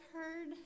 heard